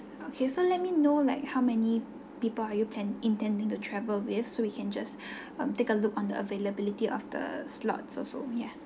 okay so let me know like how many people are you plan intending to travel with so we can just um take a look on the availability of the slots also ya